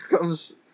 comes